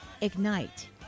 ignite